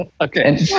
Okay